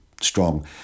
strong